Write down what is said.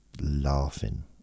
laughing